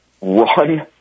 run